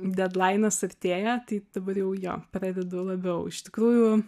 dedlainas artėja tai dabar jau jo pradedu labiau iš tikrųjų